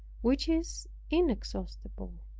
which is inexhaustible.